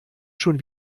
schon